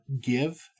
give